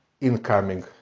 incoming